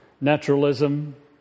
Naturalism